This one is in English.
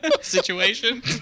situation